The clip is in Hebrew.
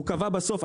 הוא קבע בסוף,